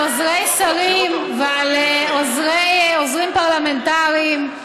על עוזרי שרים ועל עוזרים פרלמנטריים.